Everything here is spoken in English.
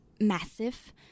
massive